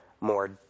more